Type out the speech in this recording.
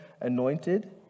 anointed